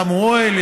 שמו אוהל,